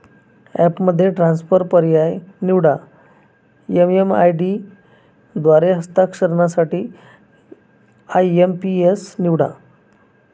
ॲपमध्ये ट्रान्सफर पर्याय निवडा, एम.एम.आय.डी द्वारे हस्तांतरणासाठी आय.एम.पी.एस निवडा